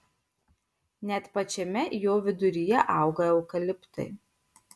net pačiame jo viduryje auga eukaliptai